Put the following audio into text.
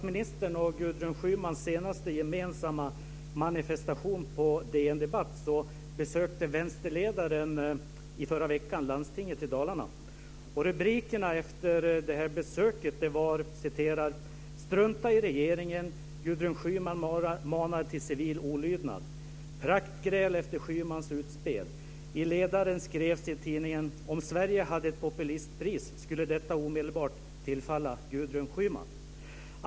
Fru talman! Kort efter statsministerns och Gudrun Debatt besökte vänsterledaren i förra veckan landstinget i Dalarna. Rubrikerna efter det här besöket var: Strunta i regeringen! Gudrun Schyman manar till civil olydnad. Praktgräl efter Schymans utspel. I ledaren skrev tidningen: Om Sverige hade ett populistpris skulle detta omedelbart tillfalla Gudrun Schyman.